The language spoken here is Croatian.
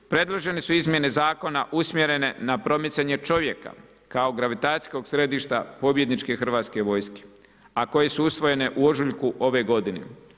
Predložene su izmjene zakona usmjerene na promicanje čovjeka kao gravitacijskog središta pobjedničke Hrvatske vojske, a koje su usvojene u ožujku ove godine.